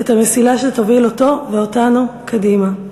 את המסילה שתוביל אותו ואותנו קדימה.